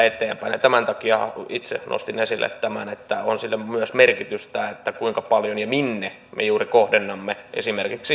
ja tämän takia itse nostin esille tämän että on sillä myös merkitystä kuinka paljon ja minne me juuri kohdennamme esimerkiksi suomen kehitysyhteistyötä